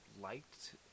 liked